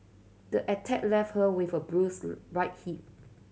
the attack left her with a bruised right hip